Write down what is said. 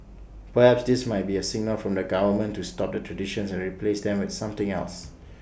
perhaps this might be A signal from the government to stop the 'traditions' and replace them with something else